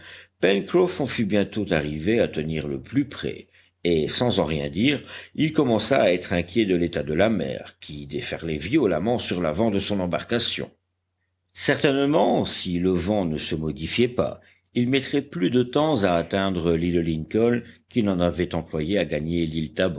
bientôt arrivé à tenir le plus près et sans en rien dire il commença à être inquiet de l'état de la mer qui déferlait violemment sur l'avant de son embarcation certainement si le vent ne se modifiait pas il mettrait plus de temps à atteindre l'île lincoln qu'il n'en avait employé à gagner